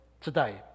today